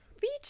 Beach